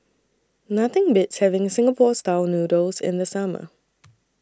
Nothing Beats having Singapore Style Noodles in The Summer